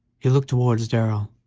he looked towards darrell,